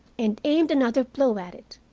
and aimed another blow at it.